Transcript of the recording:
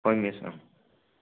ꯍꯣꯏ ꯃꯤꯁ ꯎꯝ